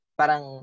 parang